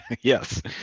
Yes